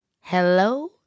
Hello